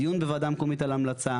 נעבור על זה ונחליט.